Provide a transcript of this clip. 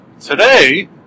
Today